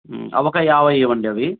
అవి ఒక యాభై ఇవ్వండి అవి